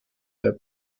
der